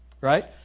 Right